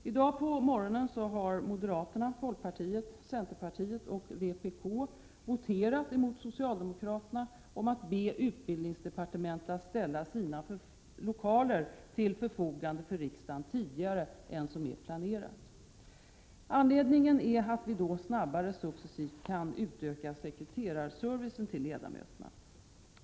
I dag på morgonen har moderaterna, folkpartiet, centern och vpk voterat mot socialdemokraterna om att be utbildningsdepartementet ställa sina lokaler till förfogande för riksdagen tidigare än planerat. Anledningen är att vi då snabbare successivt kan utöka sekreterarservicen till ledamöterna.